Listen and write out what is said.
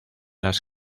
las